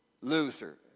loser